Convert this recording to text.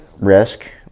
risk